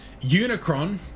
Unicron